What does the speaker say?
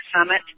Summit